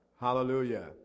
Hallelujah